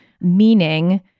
Meaning